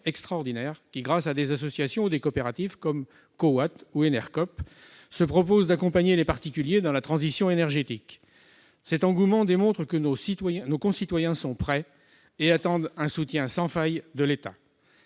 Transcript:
grâce à des associations ou des coopératives comme CoWatt ou Énercoop, qui se proposent d'accompagner les particuliers dans la transition énergétique. Cet engouement démontre que nos concitoyens sont prêts et attendent un soutien sans faille de l'État.